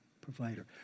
provider